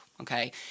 Okay